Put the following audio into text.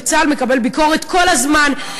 וצה"ל מקבל ביקורת כל הזמן,